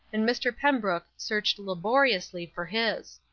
and mr. pembrook searched laboriously for his.